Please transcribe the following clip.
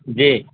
جی